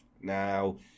Now